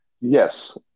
Yes